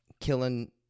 killing